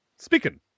Speaking